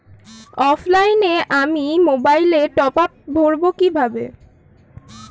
অফলাইনে আমি মোবাইলে টপআপ ভরাবো কি করে?